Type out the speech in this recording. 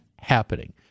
happening